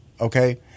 Okay